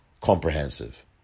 Comprehensive